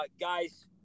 guys